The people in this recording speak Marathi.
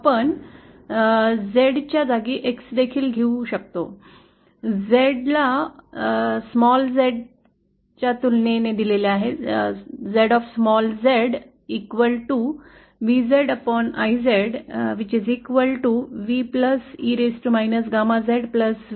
आपण Z च्या जागी X देखील घेऊ शकतो Z ला Z च्या तुलनेत लहान Z दिले जाते